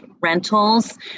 rentals